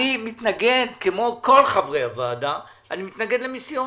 אני מתנגד, כמו כל חברי הוועדה, למיסיון.